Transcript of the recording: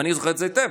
ואני זוכר את זה היטב,